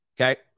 Okay